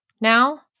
now